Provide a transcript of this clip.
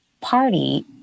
party